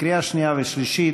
לקריאה שנייה ושלישית.